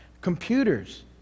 computers